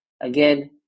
Again